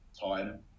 time